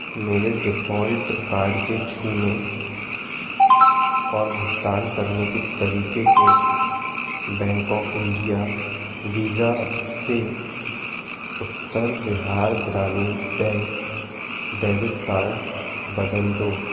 मेरे default card के छूने और भुगतान करने के तरीके को बैंक ऑफ़ इंडिया वीज़ा से उत्तर बिहार ग्रामीण बैंक डेबिट कार्ड बदल दो